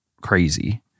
crazy